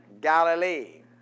Galilee